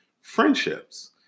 friendships